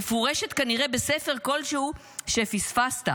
מפורשת כנראה בספר כלשהו שפספסת.